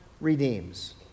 redeems